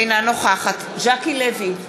אינה נוכחת ז'קי לוי,